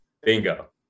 bingo